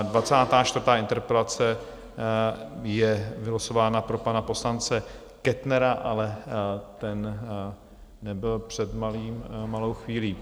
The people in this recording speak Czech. Dvacátá čtvrtá interpelace je vylosována pro pana poslance Kettnera, ale ten nebyl před malou chvílí...